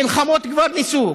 מלחמות כבר ניסו.